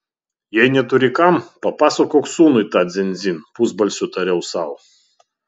jei neturi kam papasakok sūnui tą dzin dzin pusbalsiu tariau sau